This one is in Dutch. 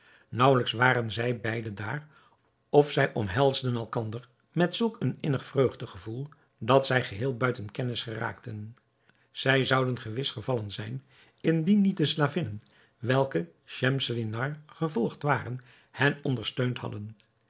naauwelijks waren zij beide daar of zij omhelsden elkander met zulk een innig vreugdegevoel dat zij geheel buiten kennis geraakten zij zouden gewis gevallen zijn indien niet de slavinnen welke schemselnihar gevolgd waren hen ondersteund hadden